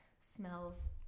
smells